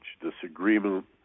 disagreement